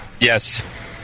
Yes